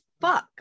fuck